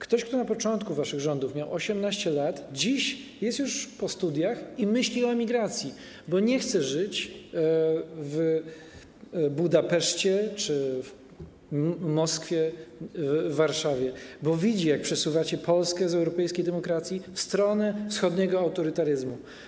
Ktoś, kto na początku waszych rządów miał 18 lat, dziś jest już po studiach i myśli o imigracji, bo nie chce żyć w Budapeszcie czy Moskwie, w Warszawie, bo widzi, jak przesuwacie Polskę z europejskiej demokracji w stronę wschodniego autorytaryzmu.